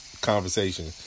conversation